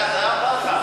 זה הפחד.